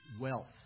wealth